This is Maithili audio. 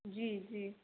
जी जी